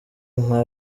nka